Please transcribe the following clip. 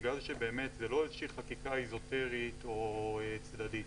בגלל שבאמת זאת לא איזושהי חקיקה איזוטרית או צדדית,